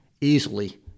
easily